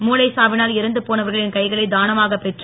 மூளைச் சாவிஞல் இறந்துபோனவர்களின் கைகளை தானமாகப் பெற்று